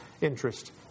interest